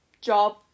job